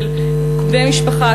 של בן משפחה,